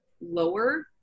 lower